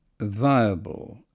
viable